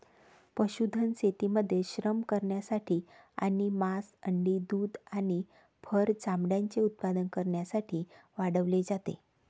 पशुधन शेतीमध्ये श्रम करण्यासाठी आणि मांस, अंडी, दूध आणि फर चामड्याचे उत्पादन करण्यासाठी वाढवले जाते